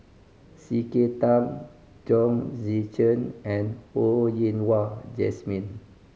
C K Tang Chong Tze Chien and Ho Yen Wah Jesmine